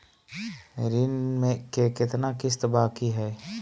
ऋण के कितना किस्त बाकी है?